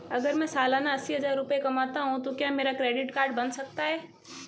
अगर मैं सालाना अस्सी हज़ार रुपये कमाता हूं तो क्या मेरा क्रेडिट कार्ड बन सकता है?